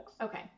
Okay